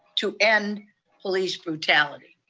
to end police brutality.